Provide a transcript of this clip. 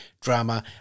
drama